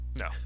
No